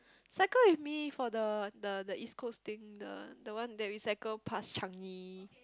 cycle with me for the the the East-Coast thing the the one that we cycle past Changi